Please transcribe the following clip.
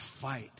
fight